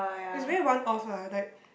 it's very one off lah like